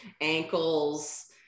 ankles